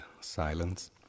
silence